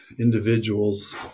individuals